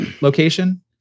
location